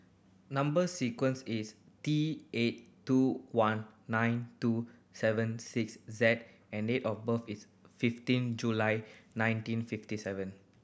number sequence is T eight two one nine two seven six Z and date of birth is fifteen July nineteen fifty seven